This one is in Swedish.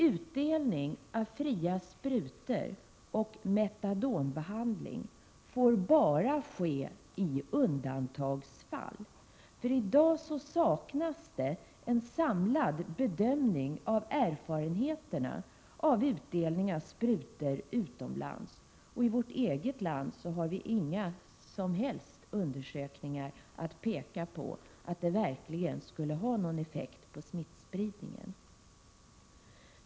Utdelning av fria sprutor och metadonbehandling får bara ske i undantagsfall. I dag saknas en samlad bedömning av erfarenheterna av utdelning av sprutor utomlands, och i vårt eget land kan vi inte peka på några som helst undersökningar som visar att en sådan åtgärd verkligen skulle ha någon effekt på smittspridningen.